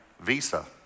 Visa